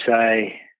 say